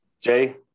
Jay